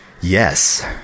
Yes